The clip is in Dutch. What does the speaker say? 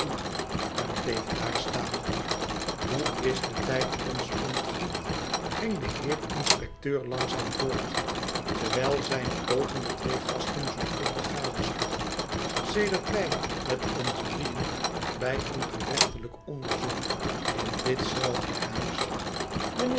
eiv bleef daar staan hoe is de tijd ons ontglipt ging de heer inspecteur langzaam voort terwijl zijne oogen de twee gasten zorgvuldig gadesloegen sedert wij met ons drieën bij een gerechtelijk onderzoek in ditzelfde huis